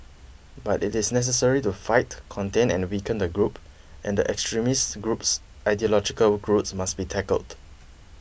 but it is necessary to fight contain and weaken the group and the extremist group's ideological roots must be tackled